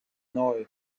neu